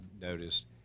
noticed